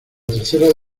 tercera